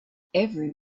every